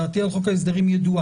דעתי על חוק ההסדרים ידועה.